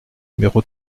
numéro